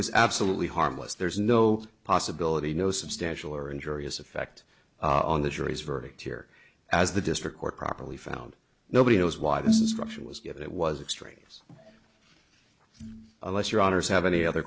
was absolutely harmless there's no possibility no substantial or injurious effect on the jury's verdict here as the district court probably found nobody knows why this is from she was given it was extraneous unless your honour's have any other